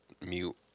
mute